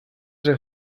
вже